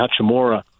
Hachimura